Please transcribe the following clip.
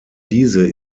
diese